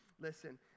listen